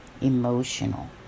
emotional